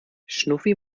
schnuffi